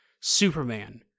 Superman